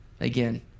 Again